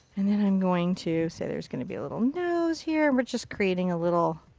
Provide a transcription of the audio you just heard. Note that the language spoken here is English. and and i'm going to say there's going to be a little nose here. we're just creating a little,